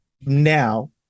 Now